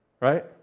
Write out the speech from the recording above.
right